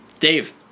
Dave